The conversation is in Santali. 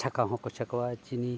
ᱪᱷᱟᱸᱠᱟ ᱦᱚᱸᱠᱚ ᱪᱷᱟᱸᱠᱟᱣᱟ ᱪᱤᱱᱤ